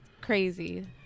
crazy